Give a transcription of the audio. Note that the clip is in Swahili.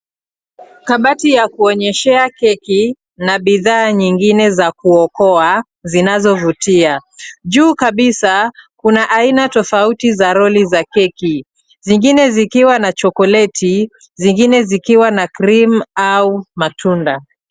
Kabati ya kuonyeshea keki na bidhaa nyingine za kuokoa zinazovutia. Juu kabisa kuna aina tofauti za roli za keki zingine zikiwa na chokoleti, zingine zikiwa na (cs)cream(cs) au matunda.